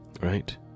Right